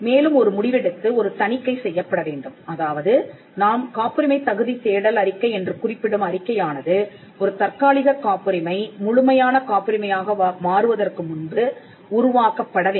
மேலும் ஒரு முடிவெடுத்து ஒரு தணிக்கை செய்யப்பட வேண்டும் அதாவது நாம் காப்புரிமை தகுதித் தேடல் அறிக்கை என்று குறிப்பிடும் அறிக்கையானது ஒரு தற்காலிகக் காப்புரிமை முழுமையான காப்புரிமையாக மாறுவதற்கு முன்பு உருவாக்கப்பட வேண்டும்